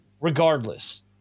regardless